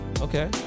Okay